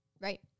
Right